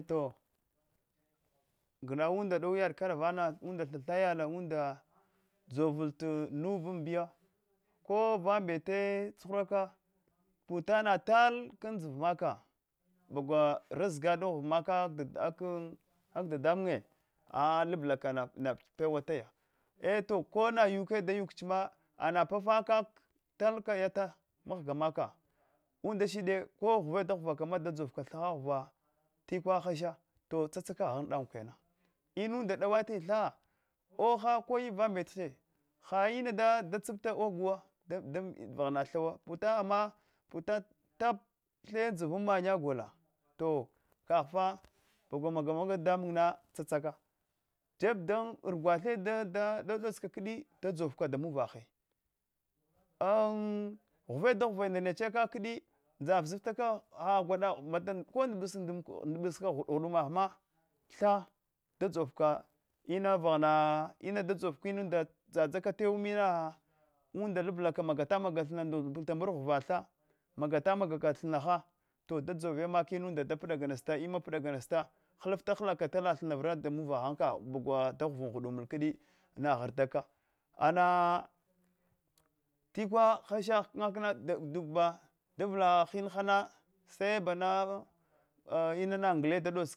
To gnauwunda daisi yada kama vaya unda thatha yadna unda dzovla nuvam amdiya kovanbef tsuhuraka putana tal kana andsiva maka bagwana razikd gnau maka kag dadamunnye a lalaka natpawataya eto kona yuk da yuk chama hua papa kak tal ka yatta mgiga maka umkshide ko ghuve da ghuvka kama da dzovka thaha ghuva tikwa hasha to tsatsa kaghar dawan kena inanda daeati tha oha ko yuk vanbete ha ina da tsanapte ogowo dan vaghana damayal thawo puta ama puta tapa tha andsiva mannya gola to kaghfa bagwa maga maga dadamun na tsatsaka jeb dan rugu da tha dadots kaka kdi dadzou damu vashe an ghuve da ghuui ndanech kakadi ndza va vzaftaka hagwada ka mbata ndabs ndabs ka ghudum ghma tha da dzavaka ina vaghana ina dadzovka inunda dadszdzaka tewan mina unda lalaka magata thinna ndunnda kamar ghuva tha maga ta magaka thinna ha to dadzor maka inunda da pdaganafta ina pdaganasta hlfta htaka ala thinna vra danuvaghe kagha baghula da ghuvla nda ghudumu kdi na ghrdaka ama tikwa hasha hikna duba dauvla hir hasla sebana ina nghe dadots